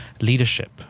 leadership